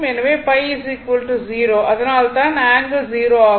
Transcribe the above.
எனவே 0 அதனால்தான் ஆங்கிள் 0 ஆகும்